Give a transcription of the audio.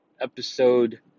episode